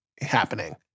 happening